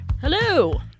Hello